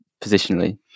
positionally